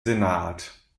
senat